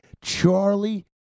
Charlie